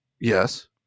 Yes